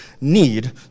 need